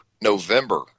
November